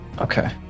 Okay